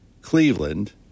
Cleveland